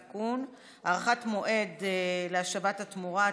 תיקון) (תיקון) (הארכת המועד להשבת התמורה),